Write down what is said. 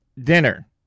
dinner